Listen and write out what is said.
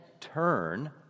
turn